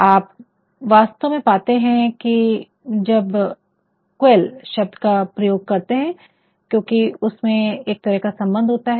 आप वास्तव में पाते है कि जब क़्यूएल शब्द का प्रयोग करते है क्योकि इसमें एक तरह का सम्बन्ध होता है